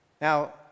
Now